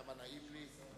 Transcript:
כמה נעים לי.